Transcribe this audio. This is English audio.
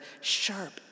sharp